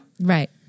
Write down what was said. Right